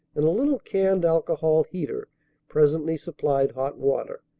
and a little canned-alcohol heater presently supplied hot water.